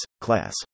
class